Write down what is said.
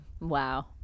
Wow